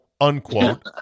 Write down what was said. unquote